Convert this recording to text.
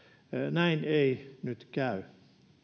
näin ei nyt käy